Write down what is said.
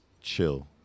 chill